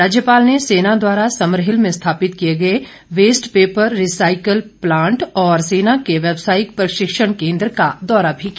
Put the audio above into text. राज्यपाल ने सेना द्वारा समरहिल में स्थापित किए गए वेस्ट पेपर रिसाईकिल प्लांट और सेना के व्यवसायिक प्रशिक्षण केंद्र का दौरा भी किया